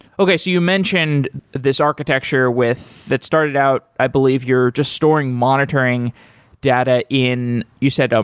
okay. you mentioned this architecture with it started out, i believe, you're just storing monitoring data in, you said, um